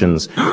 he did